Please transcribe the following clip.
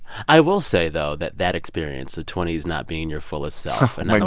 i will say, though, that that experience, the twenty s not being your fullest self. and like